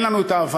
אין לנו ההבנה,